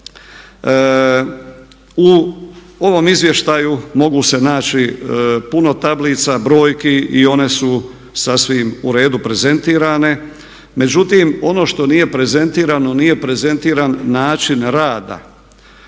U ovom izvještaju mogu se naći puno tablica, brojki i one su sasvim u redu prezentirane međutim ono što nije prezentirano, nije prezentiran način rada.